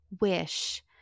wish